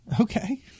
Okay